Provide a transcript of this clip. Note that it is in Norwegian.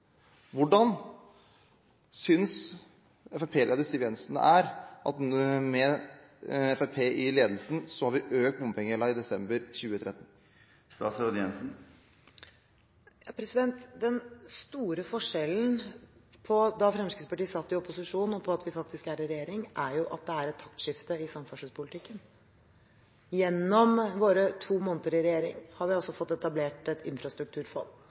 Hvordan synes Fremskrittsparti-leder Siv Jensen det er at med Fremskrittspartiet i ledelsen har vi økt bompengegjelden i desember 2013? Den store forskjellen fra da Fremskrittspartiet satt i opposisjon, til at vi faktisk er i regjering, er at det er et taktskifte i samferdselspolitikken. Gjennom våre to måneder i regjering har vi fått etablert et infrastrukturfond,